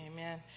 Amen